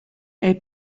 est